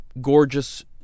gorgeous